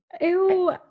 Ew